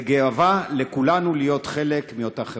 זה גאווה לכולנו להיות חלק מאותה חברה.